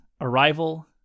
Arrival